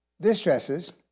distresses